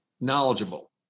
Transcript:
knowledgeable